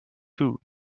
food